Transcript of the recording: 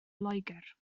loegr